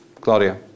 claudia